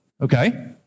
Okay